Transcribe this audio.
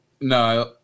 no